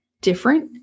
different